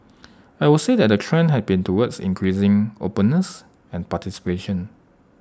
I would say that the trend has been towards increasing openness and participation